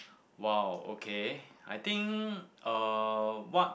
!wow! okay I think uh what